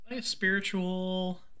spiritual